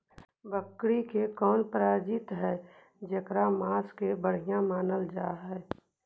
बकरी के कौन प्रजाति हई जेकर मांस के बढ़िया मानल जा हई?